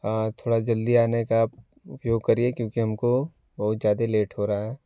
हाँ थोड़ा जल्दी आने का उपयोग करिए क्योंकि हमको बहुत ज़्यादा लेट हो रहा है